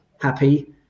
happy